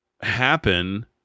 happen